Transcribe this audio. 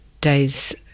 days